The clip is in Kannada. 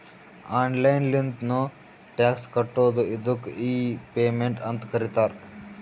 ಆನ್ಲೈನ್ ಲಿಂತ್ನು ಟ್ಯಾಕ್ಸ್ ಕಟ್ಬೋದು ಅದ್ದುಕ್ ಇ ಪೇಮೆಂಟ್ ಅಂತ್ ಕರೀತಾರ